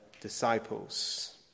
disciples